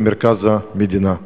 במרכז המדינה?